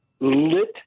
lit